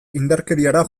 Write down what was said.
indarkeriara